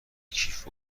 کیف